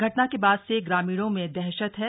घटना के बाद से ग्रामीणों में दहशत है